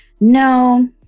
No